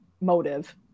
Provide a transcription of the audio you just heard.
motive